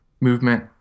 movement